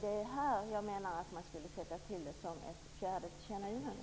Det är här jag menar att man skulle lägga till detta som ett fjärde tillkännagivande.